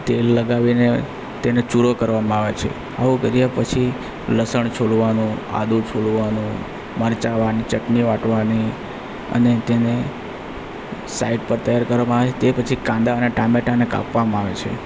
તેલ લગાવીને તેને ચૂરો કરવામાં આવે છે આવું કર્યા પછી લસણ છોલવાનું આદું છોલવાનું મરચાં વા ચટની વાટવાની અને તેને સાઈડ પર તૈયાર કરવામાં આવે તે પછી કાંદા અને ટામેટાંને કાપવામાં આવે છે